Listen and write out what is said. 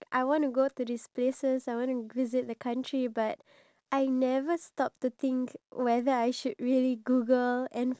what's your favourite country then they will just throw out like some country but they've never really been to that country itself